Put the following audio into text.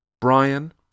Brian